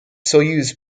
soyuz